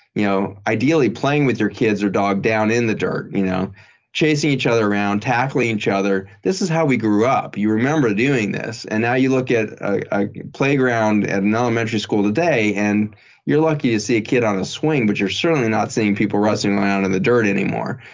you know ideally playing with your kids or dog down in the dirt, you know chasing each other around, tackling each other. this is how we grew up. you remember doing this. and now, you look at a playground at an elementary school today. and you're lucky to see a kid on a swing but you're certainly not seeing people wrestling around in the dirt anymore.